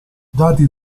dati